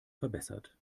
verbessert